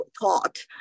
taught